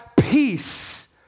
peace